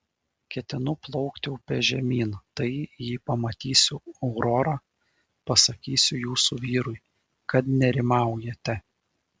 ketinu plaukti upe žemyn tai jei pamatysiu aurorą pasakysiu jūsų vyrui kad nerimaujate